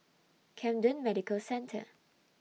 Camden Medical Centre